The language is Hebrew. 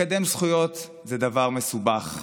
לקדם זכויות זה דבר מסובך.